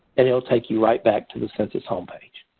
and it will take you right back to the census home page.